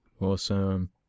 awesome